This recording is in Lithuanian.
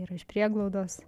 yra iš prieglaudos